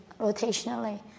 rotationally